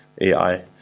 AI